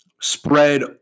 spread